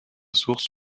source